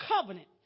covenant